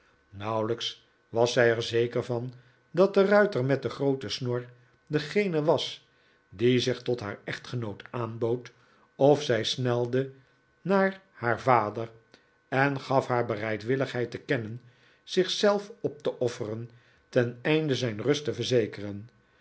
nauwelijks was zij er zeker van dat de ruiter met de groote snor degene was die zich tot haar echtgenoot aanbood of zij snelde naar haar vader en gaf haar bereidwilligheid te kennen zich zelf op te offeren teneinde zijn rust te verzekeren